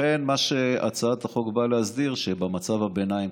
לכן הצעת החוק באה להסדיר שבמצב הביניים,